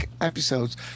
episodes